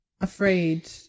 afraid